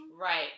Right